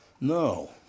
No